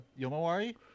Yomawari